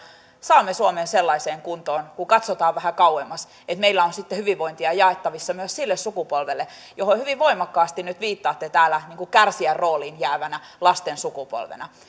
saamme suomen sellaiseen kuntoon kun katsotaan vähän kauemmas että meillä on sitten hyvinvointia jaettavissa myös sille sukupolvelle johon hyvin voimakkaasti nyt viittaatte täällä kärsijän rooliin jäävänä lasten sukupolvena